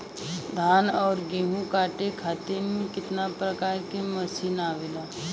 धान और गेहूँ कांटे खातीर कितना प्रकार के मशीन आवेला?